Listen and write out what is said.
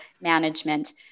management